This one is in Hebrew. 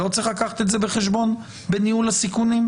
לא צריך להביא את זה בחשבון בניהול הסיכונים?